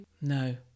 No